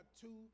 two